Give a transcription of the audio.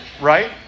right